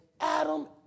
Adam